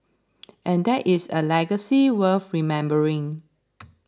and that is a legacy worth remembering